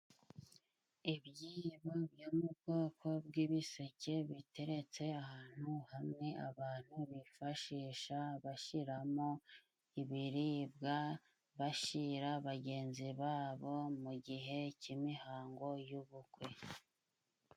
Ibyibo byo mu bwoko bw'ibiseke, biteretse ahantu hamwe abantu bifashisha bashyiramo ibiribwa, bashira bagenzi babo mu gihe cy'imihango y'ubukwe.